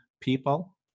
people